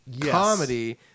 comedy